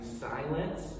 Silence